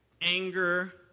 anger